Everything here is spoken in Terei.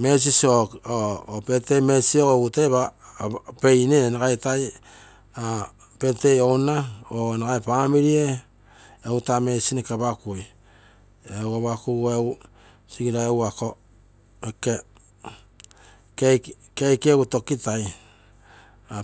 birthday message ogo egu toi pei, birthday owner or family ee taa messages noke apagui apakusu egu sigirai egu cake toi tokitai paigomma